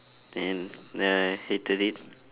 then ya I hated it